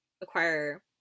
acquire